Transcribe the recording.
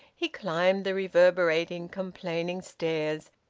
he climbed the reverberating, complaining stairs,